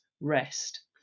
rest